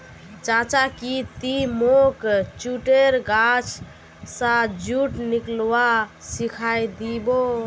चाचा की ती मोक जुटेर गाछ स जुट निकलव्वा सिखइ दी बो